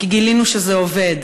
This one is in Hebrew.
כי גילינו שזה עובד,